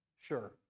Sure